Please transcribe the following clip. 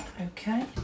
Okay